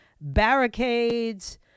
barricades